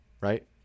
right